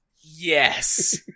Yes